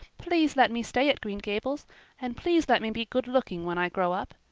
please let me stay at green gables and please let me be good-looking when i grow up.